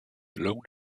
lone